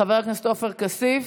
חבר הכנסת עופר כסיף,